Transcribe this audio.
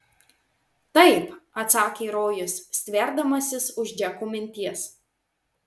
taip atsakė rojus stverdamasis už džeko minties